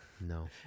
No